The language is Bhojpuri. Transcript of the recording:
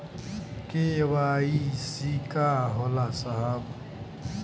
के.वाइ.सी का होला साहब?